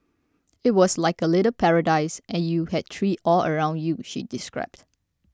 it was like a little paradise and you had trees all around you she described